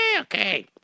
okay